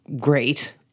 great